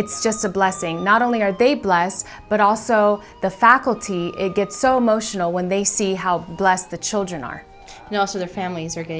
it's just a blessing not only are they blessed but also the faculty gets so motional when they see how blessed the children are also their families are going